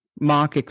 Mark